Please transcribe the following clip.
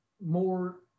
more